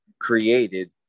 Created